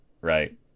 Right